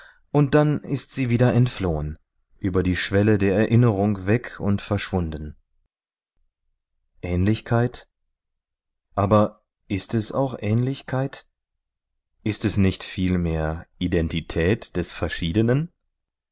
und dann ist sie wieder entflohen über die schwelle der erinnerung weg und verschwunden ähnlichkeit aber ist es auch ähnlichkeit ist es nicht vielmehr identität des verschiedenen